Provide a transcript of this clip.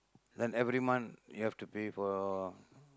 then every month you have to pay for your